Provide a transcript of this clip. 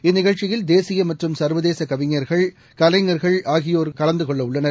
இந்நிகழ்ச்சியில் தேசிய மற்றும் சர்வதேச கவிஞர்கள் கலைஞர்கள் ஆகியோர் கலந்து கொள்ளவுள்ளனர்